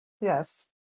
Yes